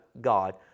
God